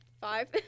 five